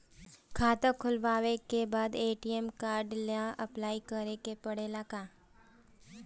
खाता खोलबाबे के बाद ए.टी.एम कार्ड ला अपलाई करे के पड़ेले का?